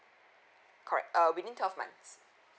correct err within twelve months